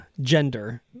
gender